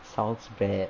sounds bad